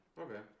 Okay